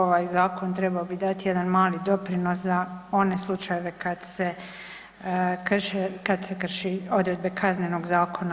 Ovaj zakon trebao bi dati jedan mali doprinos za one slučajeve kad se krši odredbe Kaznenog zakona.